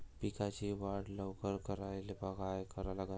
पिकाची वाढ लवकर करायले काय करा लागन?